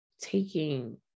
taking